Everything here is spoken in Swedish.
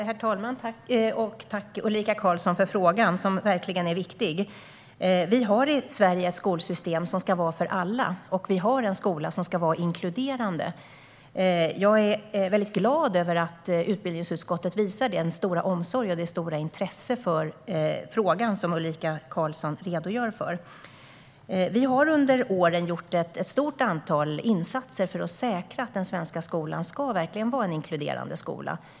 Herr talman! Tack, Ulrika Carlsson, för frågan! Den är verkligen viktig. Vi har i Sverige ett skolsystem som ska vara för alla och en skola som ska vara inkluderande. Jag är glad över att utbildningsutskottet visar den stora omsorg och det stora intresse för frågan som Ulrika Carlsson redogör för. Vi har under åren gjort ett stort antal insatser för att säkra att den svenska skolan verkligen är en inkluderande skola.